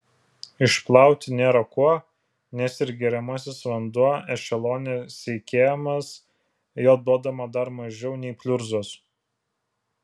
išplauti nėra kuo nes ir geriamasis vanduo ešelone seikėjamas jo duodama dar mažiau nei pliurzos